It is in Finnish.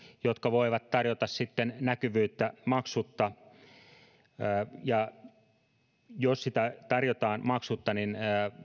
jotka voivat tarjota sitten näkyvyyttä maksutta jos sitä tarjotaan maksutta niin